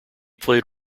played